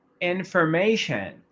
information